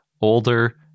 older